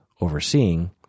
overseeing